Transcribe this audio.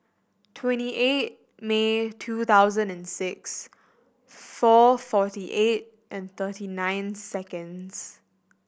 twenty eight May two thousand and six four forty eight and thirty nine seconds